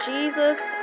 Jesus